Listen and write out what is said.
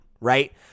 right